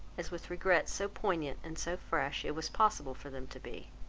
as with regrets so poignant and so fresh, it was possible for them to be.